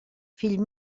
fill